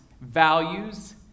values